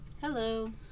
Hello